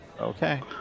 okay